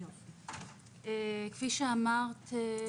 כפי שאמרת,